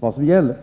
vad som gäller.